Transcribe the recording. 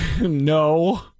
No